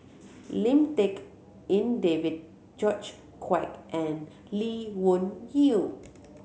Lim Tik En David George Quek and Lee Wung Yew